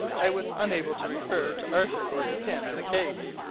i was unable to refer to arthur gordon pym in the case.